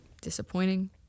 disappointing